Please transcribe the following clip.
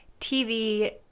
TV